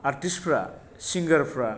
आर्टिस्तफ्रा सिंगारफ्रा